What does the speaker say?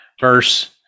verse